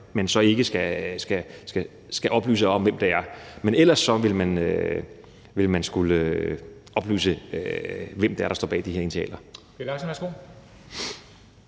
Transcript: man så ikke skal oplyse om, hvem det er. Men ellers vil man skulle oplyse, hvem det er, der står bag de her initialer.